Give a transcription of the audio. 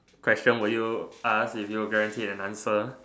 question would you ask if you were guaranteed an answer